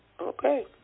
okay